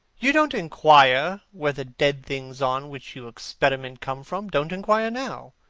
you don't inquire where the dead things on which you experiment come from. don't inquire now.